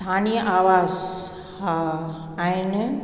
स्थानीय आवास हा आहिनि